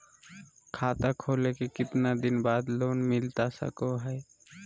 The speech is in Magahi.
खाता खोले के कितना दिन बाद लोन मिलता सको है?